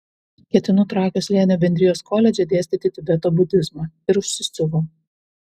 ketinu trakio slėnio bendrijos koledže dėstyti tibeto budizmą ir užsisiuvo